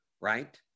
right